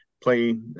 play